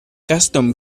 custom